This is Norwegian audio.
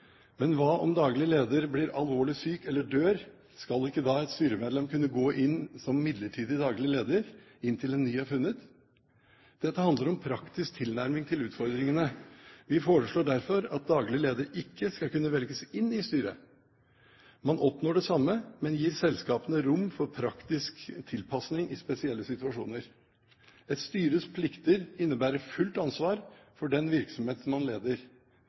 Men hva om daglig leder blir alvorlig syk eller dør, skal ikke da et styremedlem kunne gå inn som midlertidig daglig leder inntil en ny er funnet? Dette handler om praktisk tilnærming til utfordringene. Vi foreslår derfor at daglig leder ikke skal kunne velges inn i styret. Man oppnår det samme, men gir selskapene rom for praktisk tilpasning i spesielle situasjoner. Et styres plikter innebærer fullt ansvar for den virksomheten man leder.